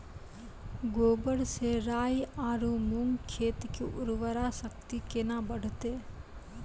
गोबर से राई आरु मूंग खेत के उर्वरा शक्ति केना बढते?